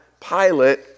Pilate